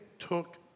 took